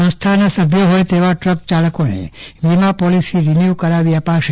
સંસ્થાના સભ્યો હોય તેવા ટ્રક ચાલકોને વિમા પોલીસી રિન્યુ કરાવી અપાશે